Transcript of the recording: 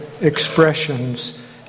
expressions